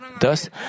Thus